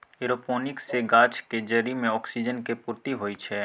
aeroponics सँ गाछक जरि मे ऑक्सीजन केर पूर्ती होइ छै